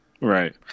Right